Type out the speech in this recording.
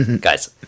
Guys